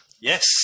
Yes